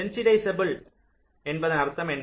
sensitisable என்பதன் அர்த்தம் என்ன